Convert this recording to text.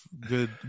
good